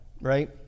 right